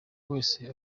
wese